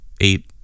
eight